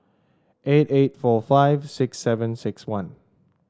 eight eight four five six seven six one